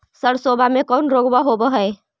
सरसोबा मे कौन रोग्बा होबय है?